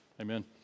Amen